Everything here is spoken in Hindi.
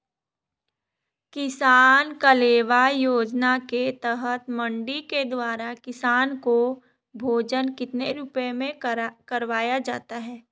किसान कलेवा योजना के तहत मंडी के द्वारा किसान को भोजन कितने रुपए में करवाया जाता है?